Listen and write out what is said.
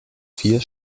vier